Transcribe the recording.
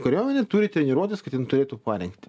kariuomenė turi treniruotis kad jin turėtų parengtį